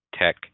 Tech